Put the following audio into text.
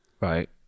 Right